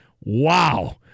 Wow